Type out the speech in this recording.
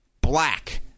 black